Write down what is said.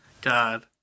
God